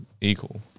equal